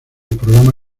programa